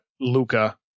Luca